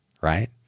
right